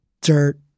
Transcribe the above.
dirt